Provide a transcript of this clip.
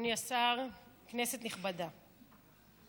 אדוני השר, כנסת נכבדה,